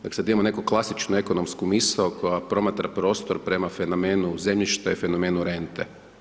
Dakle sad idemo neku klasičnu ekonomsku misao koja promatra prostor prema fenomenu zemljišta i fenomenu rente.